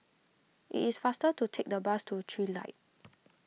it is faster to take the bus to Trilight